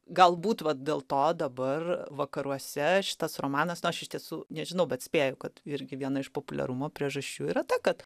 galbūt vat dėl to dabar vakaruose šitas romanas nu aš iš tiesų nežinau bet spėju kad irgi viena iš populiarumo priežasčių yra ta kad